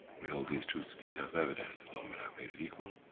we hold these truths to be self-evident that all men are created equal.